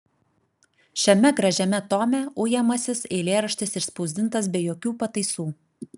šiame gražiame tome ujamasis eilėraštis išspausdintas be jokių pataisų